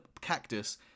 cactus